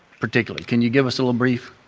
particularly. can you give us a little brief?